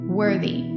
worthy